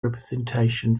representation